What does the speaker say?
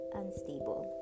unstable